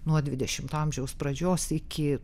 nuo dvidešimto amžiaus pradžios iki